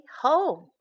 home